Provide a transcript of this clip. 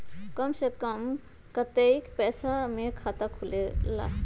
कम से कम कतेइक पैसा में खाता खुलेला?